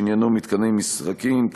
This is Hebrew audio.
שעניינו מתקני משחקים,